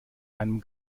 einem